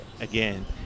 again